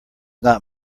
not